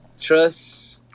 Trust